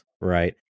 right